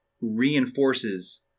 reinforces